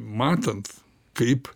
matant kaip